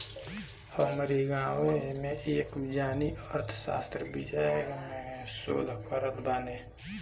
हमरी गांवे में एक जानी अर्थशास्त्र विषय में शोध करत बाने